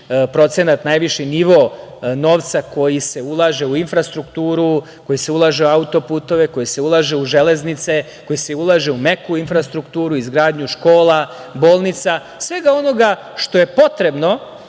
procenat, najviši nivo novca koji se ulaže u infrastrukturu, koji se ulaže u auto-puteve, koji se ulaže u železnice, koji se ulaže u meku infrastrukturu, izgradnju škola, bolnica, svega onoga što je potrebno